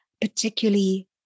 particularly